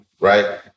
right